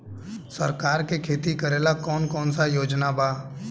सरकार के खेती करेला कौन कौनसा योजना बा?